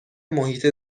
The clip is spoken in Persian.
محیط